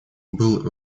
был